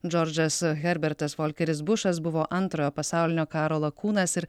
džordžas herbertas volkeris bušas buvo antrojo pasaulinio karo lakūnas ir